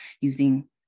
using